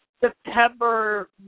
September